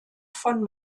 von